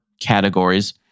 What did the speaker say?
categories